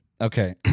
Okay